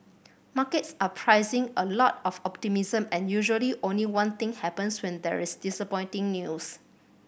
markets are pricing a lot of optimism and usually only one thing happens when there is disappointing news